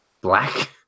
black